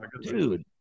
dude